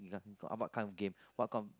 we got uh what kind of game what kind of